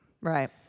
right